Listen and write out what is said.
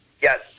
Yes